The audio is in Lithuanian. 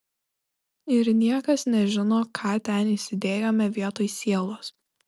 ir niekas nežino ką ten įsidėjome vietoj sielos